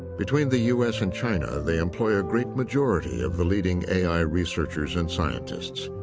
between the u s. and china, they employ a great majority of the leading a i. researchers and scientists.